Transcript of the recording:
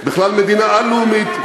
בכלל מדינה א-לאומית,